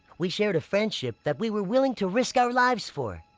we shared a friendship that we were willing to risk our lives for.